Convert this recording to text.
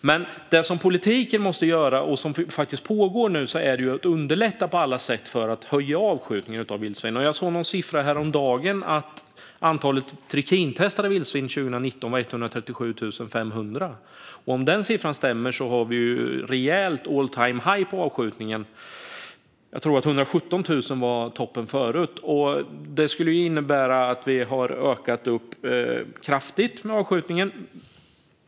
Men det som politiken måste göra, och det pågår nu, är att på alla sätt underlätta för att höja avskjutningen av vildsvin. Jag såg häromdagen att antalet trikintestade vildsvin 2019 var 137 500. Om den siffran stämmer har vi en rejäl all-time-high för avskjutningen. Jag tror att 117 000 var toppen förut. Det skulle innebära att vi har ökat avskjutningen kraftigt.